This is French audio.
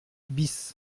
bis